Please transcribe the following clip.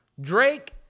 Drake